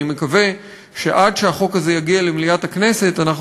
אני מקווה שעד שהחוק הזה יגיע למליאת הכנסת אנחנו